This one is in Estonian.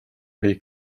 või